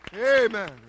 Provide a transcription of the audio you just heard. Amen